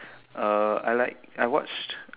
I like I watched